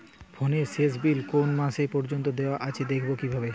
ফোনের শেষ বিল কোন মাস পর্যন্ত দেওয়া আছে দেখবো কিভাবে?